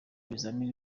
bizamini